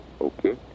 Okay